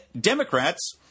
Democrats